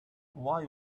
why